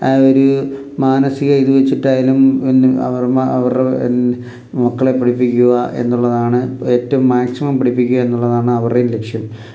ആ ഒരു മാനസിക ഇത് വച്ചിട്ടായാലും അവർ അവരുടെ മക്കളെ പഠിപ്പിക്കുക എന്നുള്ളതാണ് ഏറ്റവും മാക്സിമം പഠിപ്പിക്കുക എന്നുള്ളതാണ് അവരുടെയും ലക്ഷ്യം